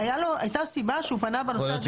הייתה סיבה שהוא פנה בנושא הזה לשב"ן.